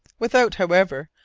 without, however,